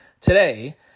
today